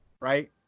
right